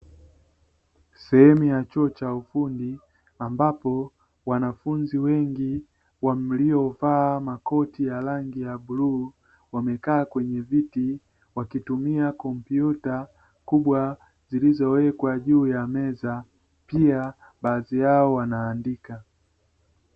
Sehemu ya chuo cha ufundi ambapo wanafunzi wengi wamliovaa makoti ya rangi ya bluu, wamekaa kwenye viti wakitumia kompyuta kubwa zilizowekwa juu ya meza, pia baadhi yao wanaandika .